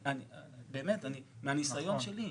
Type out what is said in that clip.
באמת, מהניסיון שלי.